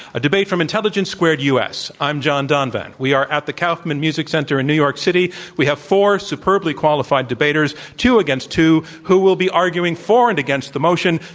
a debate from intelligence squared u. s. i'm john donvan. we are at the kaufman music center in new york city. we have four superbly qualified debaters, two against two, who will be arguing for and against the motion,